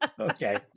Okay